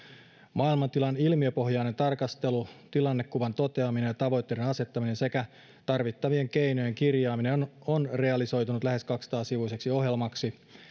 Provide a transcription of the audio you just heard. maailmantilan ilmiöpohjainen tarkastelu tilannekuvan toteaminen ja tavoitteiden asettaminen sekä tarvittavien keinojen kirjaaminen on realisoitunut lähes kaksisataasivuiseksi ohjelmaksi